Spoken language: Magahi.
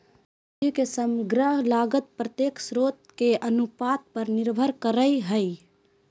पूंजी के समग्र लागत प्रत्येक स्रोत के अनुपात पर निर्भर करय हइ